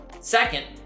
Second